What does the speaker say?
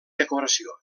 decoració